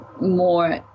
more